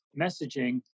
messaging